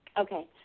okay